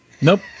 Nope